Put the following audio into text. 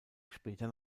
später